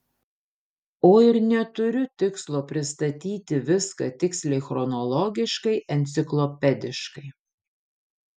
o ir neturiu tikslo pristatyti viską tiksliai chronologiškai enciklopediškai